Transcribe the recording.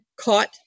caught